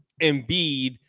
Embiid